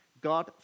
God